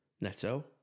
Neto